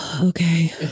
Okay